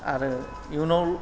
आरो इयुनाव